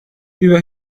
über